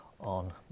on